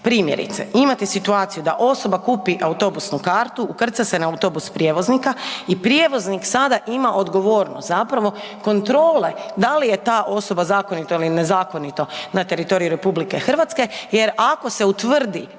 Primjerice imate situaciju da osoba kupi autobusnu kartu, ukrca se na autobus prijevoznika i prijevoznik sada ima odgovornost zapravo kontrole da li je ta osoba zakonito ili nezakonito na teritoriju RH jer ako se utvrdi